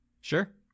Sure